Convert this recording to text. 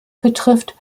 betrifft